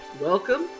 welcome